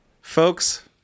folks